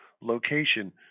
location